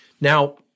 Now